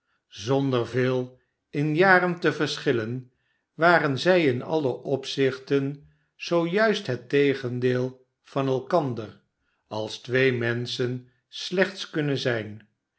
zonder veel in jaren te verschillen waren zij in alle opzichten zoo juist het tegendeel van elkander als twee menschen slechts kunnen zijn